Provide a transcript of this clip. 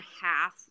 half